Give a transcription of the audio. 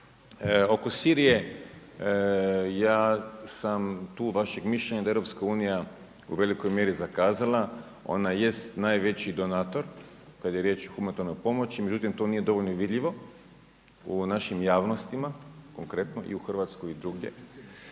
Oko Sirije ja sam tu vašeg mišljenja da je EU u velikoj mjeri zakazala. Ona jest najveći donator kada je riječ o humanitarnoj pomoći međutim to nije dovoljno vidljivo u našim javnostima konkretno i u Hrvatskoj i drugdje.